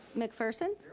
mcpherson.